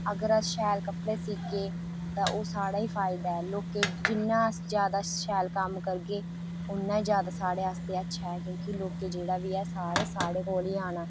अगर अस शैल कपड़े सीह्गे ते ओह् साढ़ा ई फायदा ऐ लोकें गी जिन्ना जादै शैल कम्म करगे उन्ना गै साढ़े आस्तै जादै अच्छा ऐ क्योंकि जेह्ड़ा बी ऐ सारा साढ़े कोल ई आना